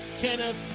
Kenneth